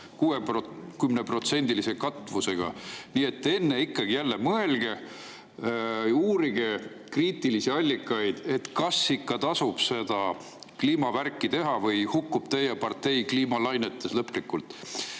13 aastat näha olnud. Nii et enne ikkagi jälle mõelge, uurige kriitilisi allikaid, kas ikka tasub seda kliimavärki teha või hukkub teie partei kliimalainetes lõplikult.